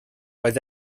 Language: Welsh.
oedd